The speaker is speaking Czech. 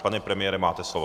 Pane premiére, máte slovo.